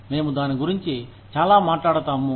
మేము దాని గురించి చాలా మాట్లాడతాము